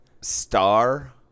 Star